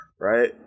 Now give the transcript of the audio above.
right